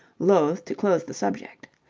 loath to close the subject.